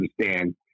understand